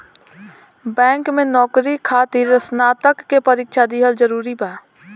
Bank में नौकरी खातिर स्नातक के परीक्षा दिहल जरूरी बा?